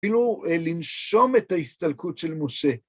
כאילו לנשום את ההסתלקות של משה.